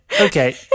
Okay